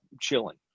chilling